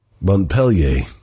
Montpellier